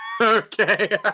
Okay